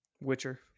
Witcher